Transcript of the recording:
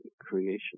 creation